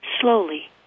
slowly